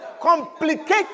complicated